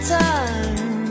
time